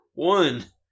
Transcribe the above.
One